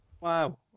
Wow